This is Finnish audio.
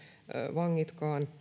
vangit